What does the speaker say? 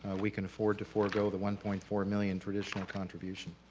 we can afford to forego the one point four million traditional contribution.